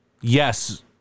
Yes